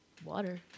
Water